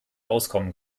auskommen